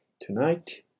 tonight